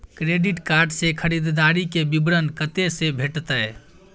Credit card से खरीददारी के विवरण कत्ते से भेटतै?